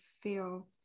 feel